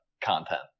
content